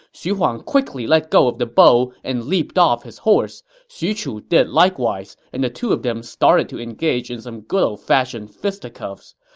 xu huang quickly let go of the bow and leaped off his horse. xu chu did likewise, and the two of them started to engage in some good ol' fashioned fisticuffs.